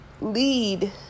lead